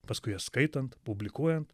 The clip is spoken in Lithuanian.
paskui jas skaitant publikuojant